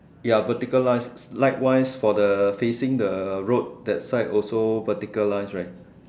ya vertical lines likewise for the facing the road that side also vertical lines right